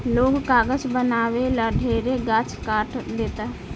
लोग कागज बनावे ला ढेरे गाछ काट देता